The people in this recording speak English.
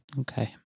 Okay